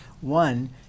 One